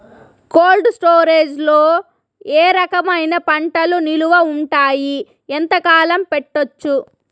Cold storage లో ఏ రకమైన పంటలు నిలువ ఉంటాయి, ఎంతకాలం పెట్టొచ్చు?